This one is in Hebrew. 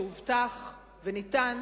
שהובטח וניתן,